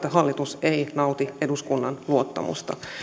hallitus ei nauti eduskunnan luottamusta